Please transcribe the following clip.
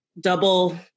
double